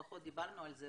פחות דיברנו על זה,